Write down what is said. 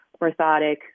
orthotic